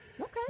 Okay